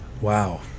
Wow